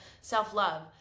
self-love